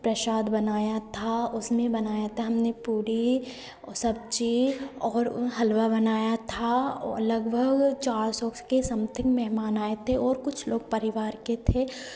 प्रसाद बनाया था उसमें बनाया था हमने पूड़ी और सब्ज़ी और हलवा बनाया था ओ लगभग चार सौ के समथिंग मेहमान आए थे और कुछ लोग परिवार के थे